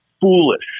foolish